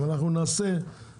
אם אנחנו נעשה את זה,